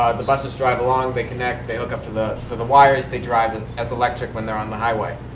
the buses drive along. they connect. they hook up to the to the wires. they drive as electric when they're on the highway.